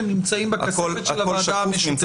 הם נמצאים בכספת של הוועדה המשותפת.